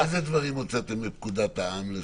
אילו דברים הוצאתם מפקודת העם לחוק?